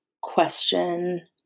question